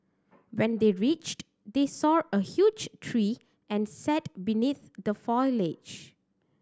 when they reached they saw a huge tree and sat beneath the foliage